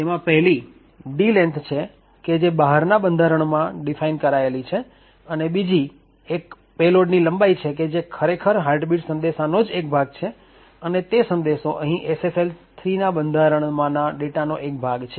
તેમાં પહેલી d length છે કે જે બહારના બંધારણમાં ડિફાઇન કરાયેલી છે અને બીજી એક પેલોડની લંબાઈ છે કે જે ખરેખર હાર્ટ બીટ સંદેશાનો જ એક ભાગ છે અને તે સંદેશો અહીં SSL 3 ના બંધારણ માંના ડેટા નો એક ભાગ છે